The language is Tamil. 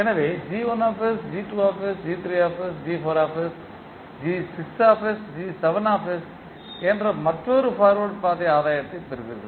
எனவே என்ற மற்றொரு பார்வேர்ட்பாதை ஆதாயத்தைப் பெறுவீர்கள்